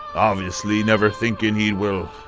obviously never thinking he'd, well.